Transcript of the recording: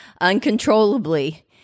uncontrollably